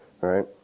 right